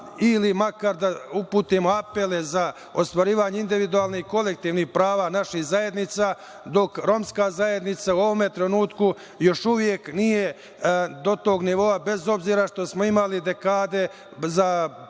ili makar da uputimo apele za ostvarivanje individualnih kolektivnih prava naših zajednica, dok Romska zajednica u ovom trenutku još uvek nije do tog nivoa, bez obzira što smo imali dekade za pospešivanje